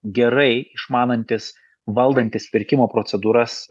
gerai išmanantis valdantis pirkimo procedūras